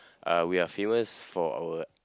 uh we are famous for our